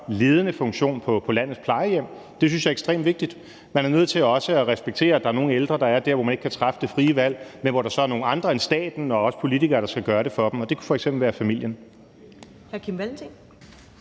ledende funktion på landets plejehjem. Det synes jeg er ekstremt vigtigt. Man er nødt til også at respektere, at der er nogle ældre, der er der, hvor de ikke kan træffe det frie valg, men hvor der så er nogle andre end staten og os politikere, der skal gøre det for dem, og det kunne f.eks. være familien.